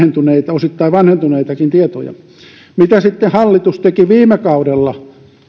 osittain vanhentuneitakin tietoja mitä sitten hallitus teki viime kaudella